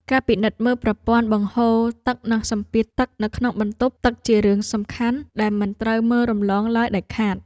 ការពិនិត្យមើលប្រព័ន្ធបង្ហូរទឹកនិងសម្ពាធទឹកនៅក្នុងបន្ទប់ទឹកជារឿងសំខាន់ដែលមិនត្រូវមើលរំលងឡើយដាច់ខាត។